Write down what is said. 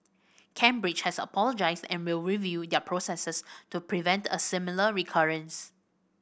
Cambridge has apologised and will review their processes to prevent a similar recurrence